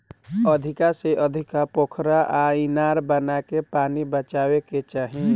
अधिका से अधिका पोखरा आ इनार बनाके पानी बचावे के चाही